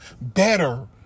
better